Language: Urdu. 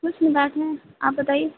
خوش مزاج ہیں آپ بتائیے